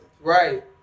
Right